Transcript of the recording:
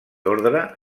ordre